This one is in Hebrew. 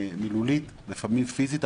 מילולית, לפעמים פיזית.